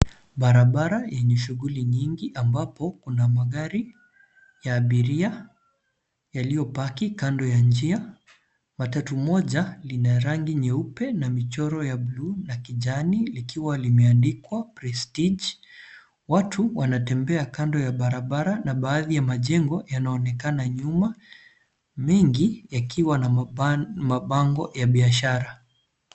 Barabara yenye shughuli nyingi ambapo kuna magari ya abiria yaliyopaki kando ya njia. Matatu moja lina rangi nyeupe na michoro ya bluu na kijani likiwa limeandikwa Prestige. Watu wanatembea kando ya barabara na baadhi ya majengo yanaonekana nyuma, mengi yakiwa na mabango ya biashara.